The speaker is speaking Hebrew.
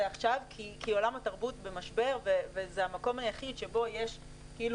עכשיו כי עולם התרבות במשבר וזה המקום היחיד שבו יש כאילו